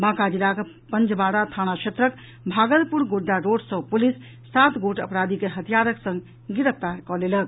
बांका जिलाक पंजबाड़ा थाना क्षेत्रक भागलपुर गोड्डा रोड सँ पुलिस सात गोट अपराधी के हथियारक संग गिरफ्तार कऽ लेलक